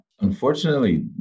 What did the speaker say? Unfortunately